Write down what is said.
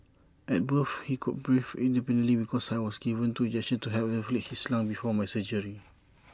at birth he could breathe independently because I was given two injections to help develop his lungs before my surgery